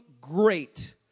great